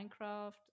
minecraft